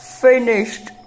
finished